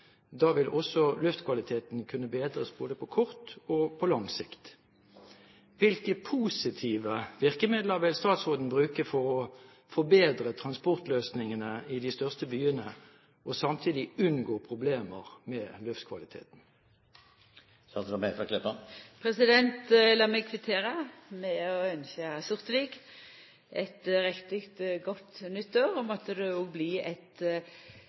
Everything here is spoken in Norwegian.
da vil også luftkvaliteten kunne bedres både på kort og på lang sikt. Hvilke positive virkemidler vil statsråden bruke for å forbedre transportløsningene i de største byene og samtidig unngå problemer med luftkvaliteten?» Lat meg kvittera med å ynskja Sortevik eit riktig godt nytt år. Måtte det bli eit svært godt år for norsk samferdsel! Så til svaret: Det